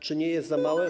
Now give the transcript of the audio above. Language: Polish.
Czy nie jest za małe?